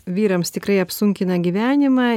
vyrams tikrai apsunkina gyvenimą